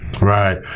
Right